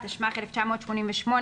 התשמ"ח-1988,